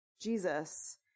Jesus